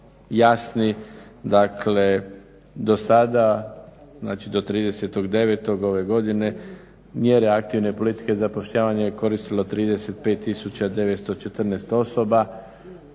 jasni, dakle do sada, do 30.09. ove godine mjere aktivne politike zapošljavanja je koristilo 35 914 osoba,